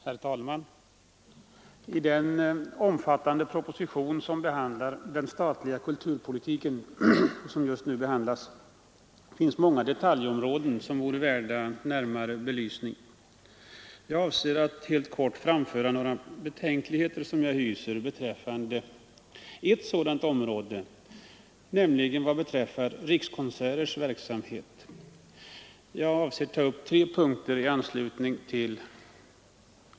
Herr talman! I den omfattande proposition om den statliga kulturpolitiken som nu behandlas finns många detaljområden som vore värda närmare belysning. Jag avser att helt kort framföra några betänkligheter som jag hyser beträffande ett sådant område, nämligen rikskonsertverksamheten.